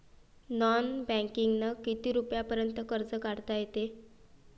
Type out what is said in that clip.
Non बँकिंगनं किती रुपयापर्यंत कर्ज काढता येते?